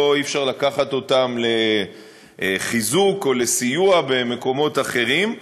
אי-אפשר לקחת אותם לחיזוק או לסיוע במקומות אחרים,